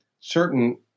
certain